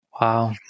Wow